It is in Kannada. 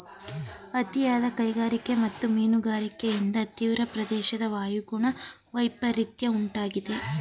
ಅತಿಯಾದ ಕೈಗಾರಿಕೆ ಮತ್ತು ಮೀನುಗಾರಿಕೆಯಿಂದ ತೀರಪ್ರದೇಶದ ವಾಯುಗುಣ ವೈಪರಿತ್ಯ ಉಂಟಾಗಿದೆ